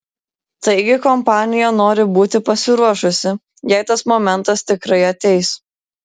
taigi kompanija nori būti pasiruošusi jei tas momentas tikrai ateis